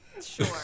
Sure